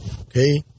okay